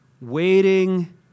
waiting